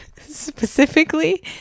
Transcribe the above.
specifically